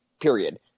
Period